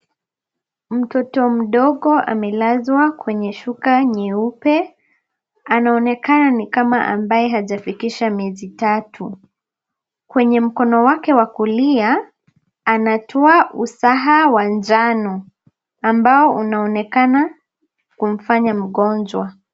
Mtoto mdogo amelazwa kwenye shuka nyeupe. Anaonekana nikama ambaye hajafikisha miezi mitatu. Kwenye mkono wake wa kulia, anatua usaha wa njano ambao unaonekana kumfanya mgonjwa.